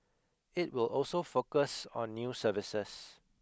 it will also focus on new services